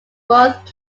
both